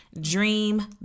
dream